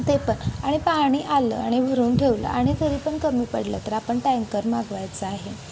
ते पण आणि पाणी आलं आणि भरून ठेवलं आणि तरी पण कमी पडलं तर आपण टँकर मागवायचा आहे